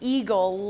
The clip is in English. Eagle